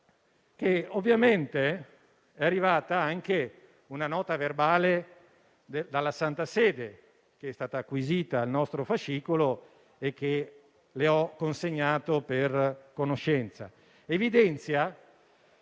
poi? È arrivata anche una nota verbale dalla Santa Sede, che è stata acquisita al nostro fascicolo e che le ho consegnato per conoscenza, signor